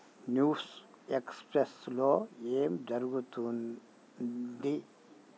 news ఎక్స్ప్రెస్లో ఏం జరుగుతు ఉంది